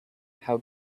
how